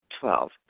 Twelve